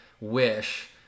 Wish